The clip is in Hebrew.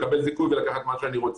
לקבל זיכוי ולקחת מה שאני רוצה.